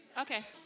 Okay